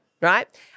right